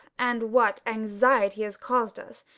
and what anxiety he has caused us!